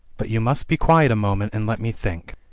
but you must be quiet a moment, and let me think.